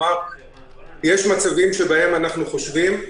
אני חושב שלא צריך לראות צל הרים כהרים.